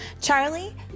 Charlie